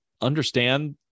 understand